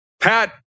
Pat